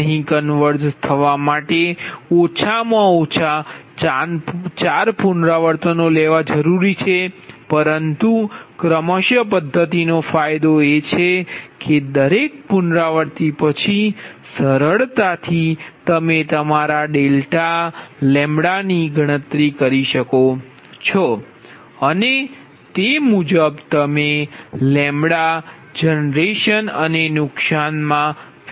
અહીં કન્વર્ઝ થવા માટે ઓછામાં ઓછા ચાર પુનરાવર્તનો લે છે પરંતુ ક્રમશ પદ્ધતિ નો ફાયદો એ છે કે દરેક પુનરાવૃત્તિ પછી સરળતાથી તમે તમારા ડેલ્ટા લેમ્બડાની ગણતરી કરી શકો છો અને તે મુજબ તમે લેમ્બડા જનરેશન અને નુકસાન માં ફેરફાર કરી શકો છો